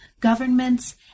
governments